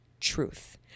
truth